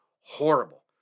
horrible